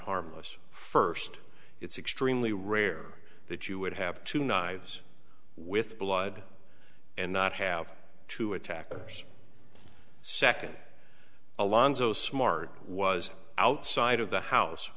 harmless first it's extremely rare that you would have two knives with blood and not have two attackers second alonzo smart was outside of the house